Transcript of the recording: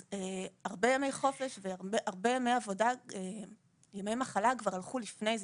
אז הרבה ימי חופש והרבה ימי מחלה כבר הלכו לפני זה.